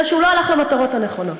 אלא שהוא לא הלך למטרות הנכונות.